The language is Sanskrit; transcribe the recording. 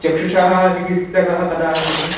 चक्षुषः चिकित्सकः कदा आगच्छति